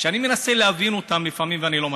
שאני מנסה להבין אותן לפעמים ואני לא מצליח.